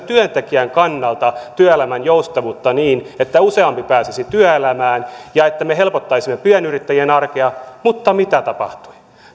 työntekijän kannalta työelämän joustavuutta niin että useampi pääsisi työelämään ja että me helpottaisimme pienyrittäjien arkea mutta mitä tapahtui